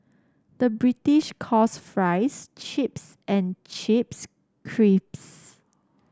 the British calls fries chips and chips